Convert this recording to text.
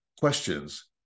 questions